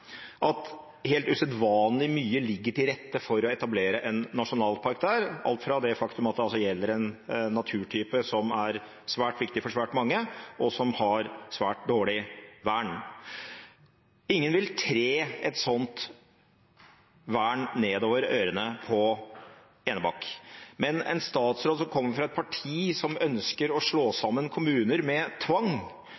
at helt usedvanlig mye ligger til rette for å etablere en nasjonalpark der, alt fra det faktum at det altså gjelder en naturtype som er svært viktig for svært mange, og som har svært dårlig vern. Ingen vil tre et sånt vern nedover ørene på Enebakk, men en statsråd som kommer fra et parti som ønsker å slå